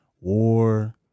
war